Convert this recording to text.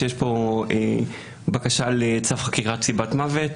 שיש פה בקשה לצו חקירת סיבת מוות,